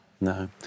No